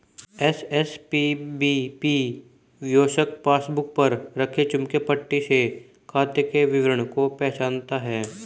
SSPBP kiosk passbook पर रखे चुंबकीय पट्टी से खाते के विवरण को पहचानता है